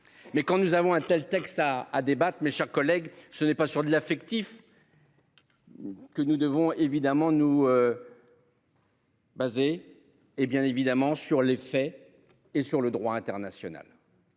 Mais quand nous avons un tel texte ça a débattent, mes chers collègues, ce n'est pas sûr de l'affectif. Que nous devons évidemment nous. Basée et bien évidemment sur les faits et sur le droit international.